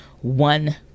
one